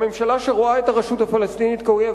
הממשלה שרואה את הרשות הפלסטינית כאויב